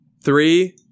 Three